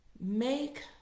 Make